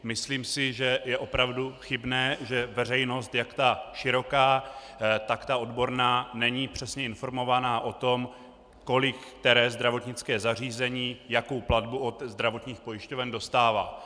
Myslím si, že je opravdu chybné, že veřejnost, jak ta široká, tak ta odborná, není přesně informována o tom, kolik které zdravotnické zařízení, jakou platbu od zdravotních pojišťoven dostává.